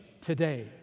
today